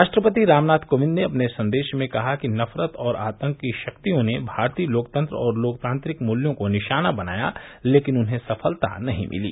राष्ट्रपति रामनाथ कोविंद ने अपने संदेश में कहा है कि नफरत और आतंक की शक्तियों ने भारतीय लोकतंत्र और लोकतांत्रिक मूल्यों को निशाना बनाया लेकिन उन्हें सफलता नहीं मिली